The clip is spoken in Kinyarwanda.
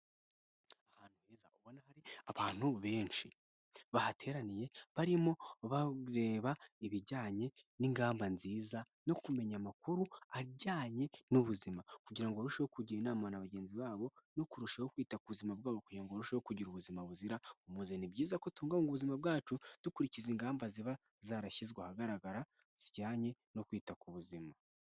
Ahantu heza ubona hari abantu benshi bahateraniye barimo bareba ibijyanye n'ingamba nziza no kumenya amakuru ajyanye n'ubuzima kugira ngo barusheho kugira inama na bagenzi babo no kurushaho kwita kuzima bwabo kugira ngo barusheho kugira ubuzima buzira umuze ni byiza ko tubungabunga ubuzima bwacu dukurikiza ingamba ziba zarashyizwe ahagaragara zijyanye no kwita ku buzima.